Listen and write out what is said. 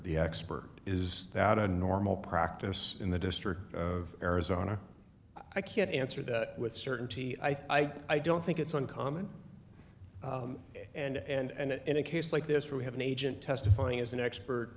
the expert is that a normal practice in the district of arizona i can't answer that with certainty i don't think it's uncommon and in a case like this where we have an agent testifying as an expert